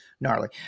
gnarly